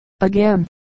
again